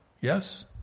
Yes